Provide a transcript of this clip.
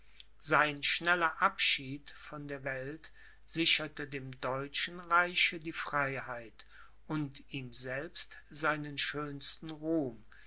sein schneller abschied von der welt sicherte dem deutschen reiche die freiheit und ihm selbst seinen schönsten ruhm